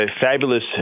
Fabulous